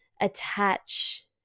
attach